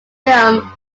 film